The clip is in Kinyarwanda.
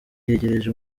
yegereje